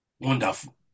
wonderful